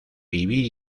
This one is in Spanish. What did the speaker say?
vivir